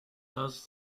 does